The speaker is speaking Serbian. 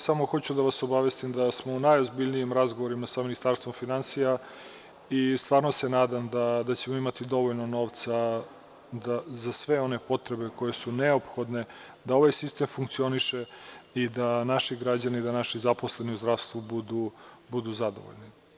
Samo hoću da vas obavestim da smo u najozbiljnijim razgovorima sa Ministarstvom finansija i stvarno se nadam da ćemo imati dovoljno novca za sve one potrebe koje su neophodne da ovaj sistem funkcioniše i da naši građani, da naši zaposleni u zdravstvu budu zadovoljni.